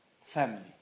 Family